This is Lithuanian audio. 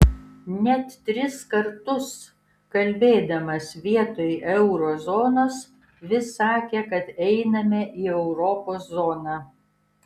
net tris kartus kalbėdamas vietoj euro zonos vis sakė kad einame į europos zoną